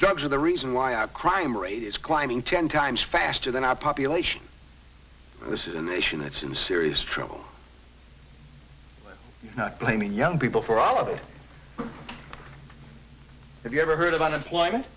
drugs are the reason why our crime rate is climbing ten times faster than our population this is a nation that's in serious trouble let's not blame the young people for all of it if you ever heard of unemployment